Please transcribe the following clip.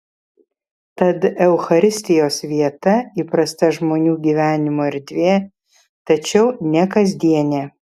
tad eucharistijos vieta įprasta žmonių gyvenimo erdvė tačiau ne kasdienė